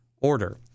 order